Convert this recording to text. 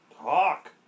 Talk